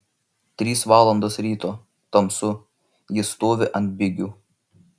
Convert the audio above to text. trys valandos ryto tamsu jis stovi ant bigių